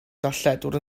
darlledwr